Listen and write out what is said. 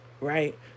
right